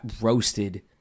roasted